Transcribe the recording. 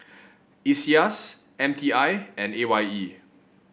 Iseas M T I and A Y E